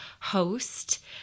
host